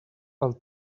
pel